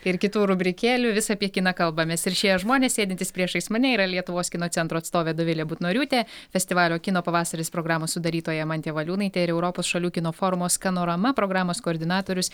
ir kitų rubrikėlių vis apie kiną kalbamės ir šie žmonės sėdintys priešais mane yra lietuvos kino centro atstovė dovilė butnoriūtė festivalio kino pavasaris programos sudarytoja mantė valiūnaitė ir europos šalių kino formos skanorama programos koordinatorius